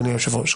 אדוני היושב-ראש,